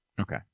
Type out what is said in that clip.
Okay